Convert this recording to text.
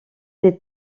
des